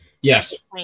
Yes